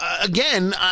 again